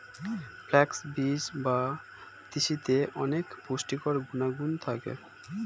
flax বীজ বা তিসিতে অনেক পুষ্টিকর গুণাগুণ থাকে